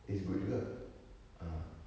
it's good juga ah